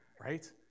right